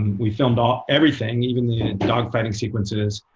we filmed ah everything, even the dogfighting sequences.